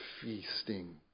feasting